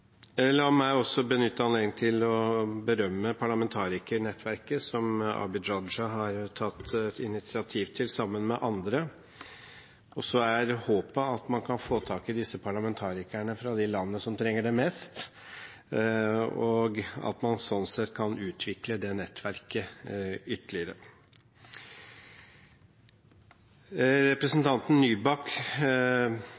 La meg også benytte anledningen til å berømme parlamentarikernettverket som representanten Abid Q. Raja har tatt et initiativ til sammen med andre. Så er håpet at man kan få tak i parlamentarikerne fra de landene som trenger det mest, og at man sånn sett kan utvikle det nettverket ytterligere.